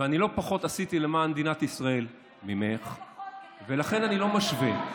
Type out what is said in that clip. ואני לא פחות עשיתי למען מדינת ישראל ממך ולכן אני לא משווה.